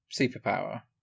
superpower